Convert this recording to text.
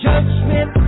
Judgment